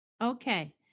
okay